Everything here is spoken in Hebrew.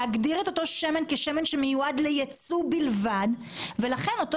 להגדיר את אותו שמן כשמן שמיועד לייצוא בלבד ולכן אותו